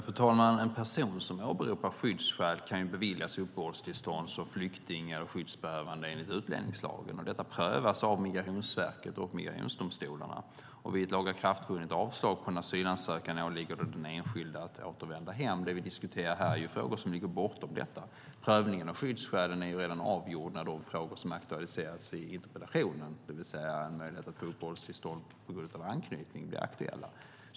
Fru talman! En person som åberopar skyddsskäl kan beviljas uppehållstillstånd som flykting eller skyddsbehövande enligt utlänningslagen. Detta prövas av Migrationsverket och migrationsdomstolarna. Vid lagakraftvunnet avslag på en asylansökan åligger det den enskilde att återvända hem. Det vi diskuterar här är frågor som ligger bortom detta. Prövningen av skyddsskälen är redan avgjord i de frågor som aktualiseras i interpellationen, det vill säga när möjlighet att få uppehållstillstånd på grund av anknytning blir aktuell.